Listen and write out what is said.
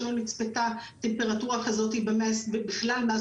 כאשר לא נצפתה טמפרטורה כזאת בכלל מאז